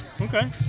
Okay